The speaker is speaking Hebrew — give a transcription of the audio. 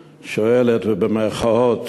שואלת, ובמירכאות: